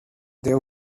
there